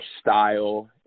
style